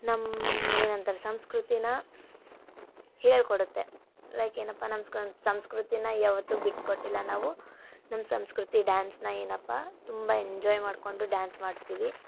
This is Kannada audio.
ನಮ್ಮ ಏನಂತಾರೆ ಸಂಸ್ಕೃತಿನ ಹೇಳ್ಕೊಡುತ್ತೆ ಲೈಕ್ ಏನಪ್ಪ ನಮ್ಮ ಸಂಸ್ಕೃತಿನ ಯಾವತ್ತು ಬಿಟ್ಕೊಟ್ಟಿಲ್ಲ ನಾವು ನಮ್ಮ ಸಂಸ್ಕೃತಿ ಡ್ಯಾನ್ಸ್ನ ಏನಪ್ಪ ತುಂಬ ಎಂಜಾಯ್ ಮಾಡ್ಕೊಂಡು ಡ್ಯಾನ್ಸ್ ಮಾಡ್ತೀವಿ